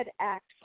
Act